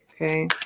okay